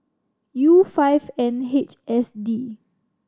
U five N H S D